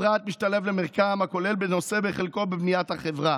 הפרט משתלב למרקם הכולל ונושא בחלקו בבניית החברה,